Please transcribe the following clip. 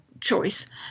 choice